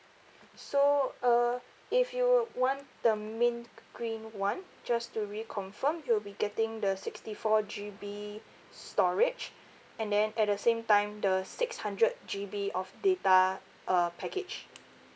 so uh if you want the mint green one just to reconfirm you will be getting the sixty four G_B storage and then at the same time the six hundred G_B of data uh package